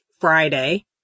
Friday